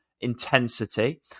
intensity